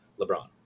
LeBron